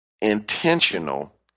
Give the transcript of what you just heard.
intentional